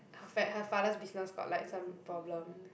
her frie~ her father's business got like some problem